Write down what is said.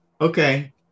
Okay